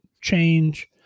change